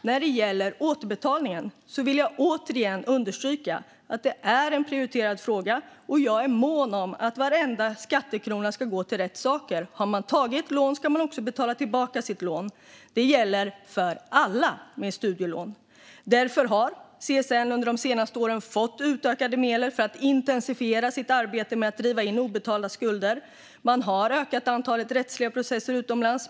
Jag vill återigen understryka att återbetalningen är en prioriterad fråga. Jag är mån om att varenda skattekrona ska gå till rätt saker. Har man tagit lån ska man också betala tillbaka sitt lån. Det gäller för alla med studielån. Därför har CSN de senaste åren fått utökade medel för att intensifiera sitt arbete med att driva in obetalda skulder. Man har ökat antalet rättsliga processer utomlands.